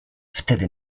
wtedy